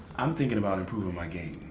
i'm thinking about improving my game.